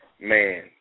man